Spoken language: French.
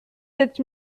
sept